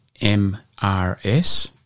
M-R-S